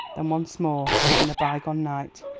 then once more, as in a bygone night,